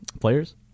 players